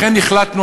לכן החלטנו,